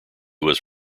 was